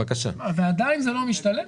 וזה עדיין לא משתלם?